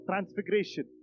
Transfiguration